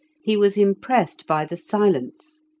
he was impressed by the silence,